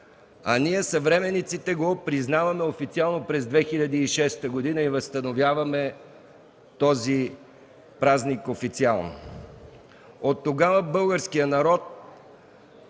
а ние, съвременниците, го признаваме официално през 2006 г. и възстановяваме този празник официално. Оттогава българският народ